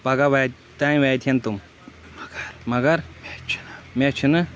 پگاہ واتہِ تانۍ واتہِ ہَن تِم مگر مےٚ چھِنہٕ